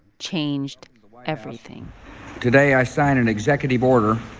changed everything today, i signed an executive order